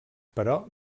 però